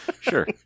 sure